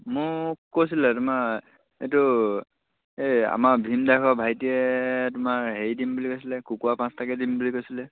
মোক কৈছিলে তোমাৰ এইটো এই আমাৰ ভীম ড্ৰাইভৰ ভাইটিয়ে তোমাৰ হেৰি দিম বুলি কৈছিলে কুকুৰা পাঁচটাকে দিম বুলি কৈছিলে